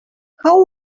how